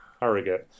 Harrogate